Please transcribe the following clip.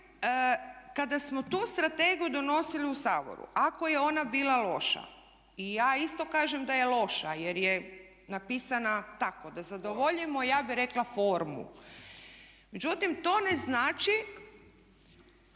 kada smo tu strategiju donosili u Saboru ako je ona bila loša, i ja isto kažem da je loša jer je napisana tako da zadovoljimo ja bih rekla formu, međutim to ne znači